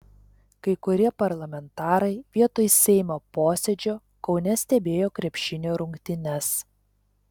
kai kurie parlamentarai vietoj seimo posėdžio kaune stebėjo krepšinio rungtynes